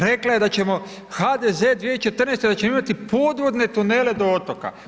Rekla je da ćemo HDZ 2014. da ćemo imati podvodne tunele do otoka.